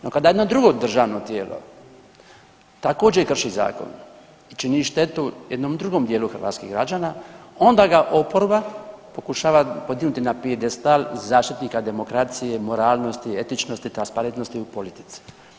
No, kada jedno drugo državno tijelo također krši zakon i čini štetu jednom drugom dijelu hrvatskih građana onda ga oporba pokušava podignuti na pijedestal zaštitnika demokracije, moralnosti, etičnosti, transparentnosti u politici.